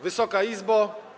Wysoka Izbo!